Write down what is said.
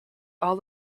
all